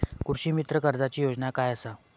कृषीमित्र कर्जाची योजना काय असा?